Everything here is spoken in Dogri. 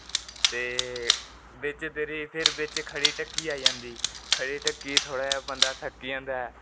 ते बिच खड़ी टक्की आई जंदी खडी ढक्की थोह्ड़ा जेहा बंदा थक्की जंदा ऐ